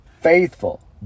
faithful